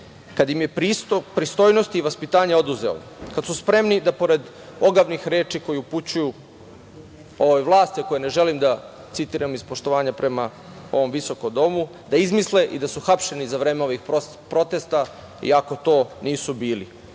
kad im je pristojnost i vaspitanje oduzeo, kad su spremni da pored ogavnih reči koje upućuju ovoj vlasti, a koje ne želim da citiram iz poštovanja prema ovom visokom Domu, da izmisle i da su hapšeni za vreme ovih protesta, iako to nisu bili. Zato